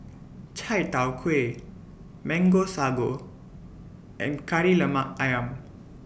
Chai Tow Kuay Mango Sago and Kari Lemak Ayam